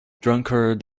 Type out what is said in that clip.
drunkard